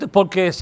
porque